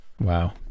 Wow